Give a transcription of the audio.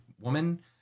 woman